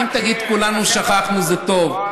אם תגיד: כולנו שכחנו, זה טוב.